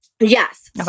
Yes